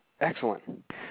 Excellent